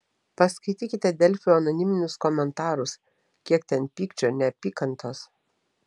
paskaitykite delfio anoniminius komentarus kiek ten pykčio neapykantos